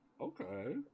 Okay